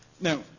Now